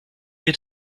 had